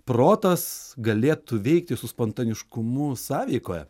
protas galėtų veikti su spontaniškumu sąveikoje